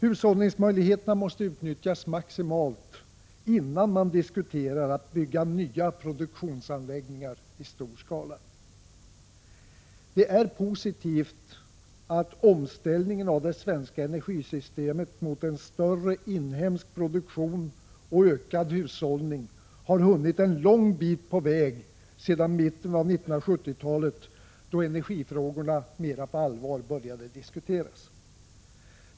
Hushållningsmöjligheterna måste utnyttjas maximalt innan man diskuterar att bygga nya produktionsanläggningar i stor skala. Det är positivt att omställningen av det svenska energisystemet mot en större inhemsk produktion och ökad hushållning har hunnit en lång bit på väg sedan mitten av 1970-talet, då energifrågorna började diskuteras mer på allvar.